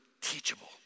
teachable